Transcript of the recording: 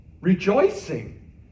rejoicing